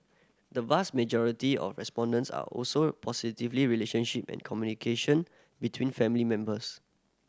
the vast majority of respondents are also positively relationship and communication between family members